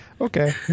Okay